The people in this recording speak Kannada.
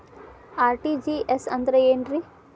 ಆರ್.ಟಿ.ಜಿ.ಎಸ್ ಅಂದ್ರ ಏನ್ರಿ?